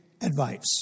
advice